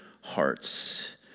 hearts